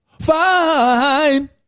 fine